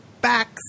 backs